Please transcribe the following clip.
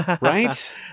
Right